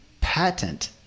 patent